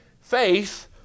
Faith